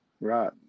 Right